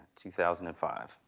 2005